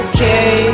Okay